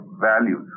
values